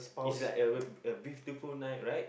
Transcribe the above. is like a a beautiful night right